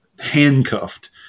handcuffed